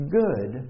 good